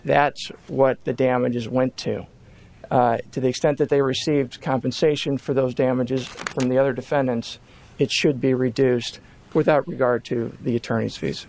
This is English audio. that's what the damages went to to the extent that they received compensation for those damages on the other defendants it should be reduced without regard to the attorney